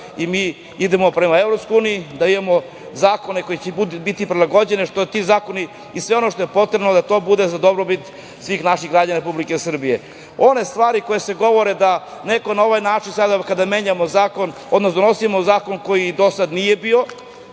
i mi idemo prema EU, da imamo zakone koji će biti prilagođeni i sve što je potrebno da bude za dobrobit svih naših građana Republike Srbije. One stvari koje se govore, da neko na ovaj način sada kada menjamo zakon, odnosno donosimo zakon koji do sada nije bio